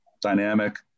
dynamic